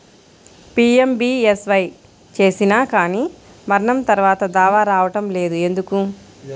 PMBSY చేసినా కానీ మరణం తర్వాత దావా రావటం లేదు ఎందుకు?